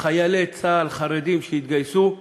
חיילי צה"ל חרדים, שהתגייסו,